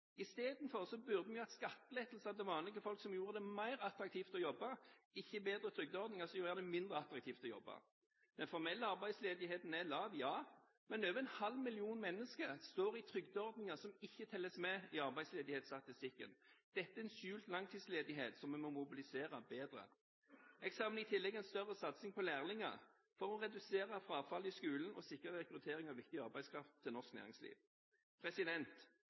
burde vi hatt skattelettelser til vanlige folk som gjorde det mer attraktivt å jobbe, ikke bedre trygdeordninger som gjør det mindre attraktivt å jobbe. Den formelle arbeidsledigheten er lav, ja, men over en halv million mennesker står i trygdeordninger som ikke telles med i arbeidsledighetsstatistikken. Dette er en skjult langtidsledighet som en må mobilisere bedre. Jeg savner i tillegg en større satsing på lærlinger for å redusere frafallet i skolen og sikre rekruttering av viktig arbeidskraft til norsk næringsliv.